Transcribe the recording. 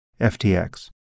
FTX